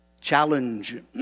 challenge